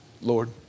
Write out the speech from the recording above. Lord